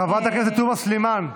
חברת הכנסת תומא סלימאן.